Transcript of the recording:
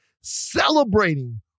Celebrating